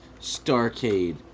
Starcade